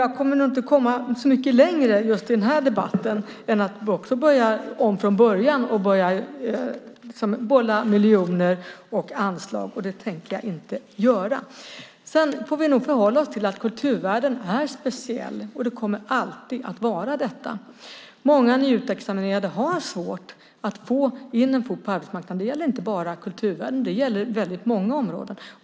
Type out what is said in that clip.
Jag kommer nog inte att komma så mycket längre just i den här debatten, om jag inte börjar om från början och bollar miljoner och anslag. Det tänker jag inte göra. Vi får nog förhålla oss till att kulturvärlden är speciell, och den kommer alltid att vara det. Många nyutexaminerade har svårt att få in en fot på arbetsmarknaden. Det gäller inte bara kulturvärlden utan väldigt många områden.